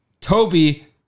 Toby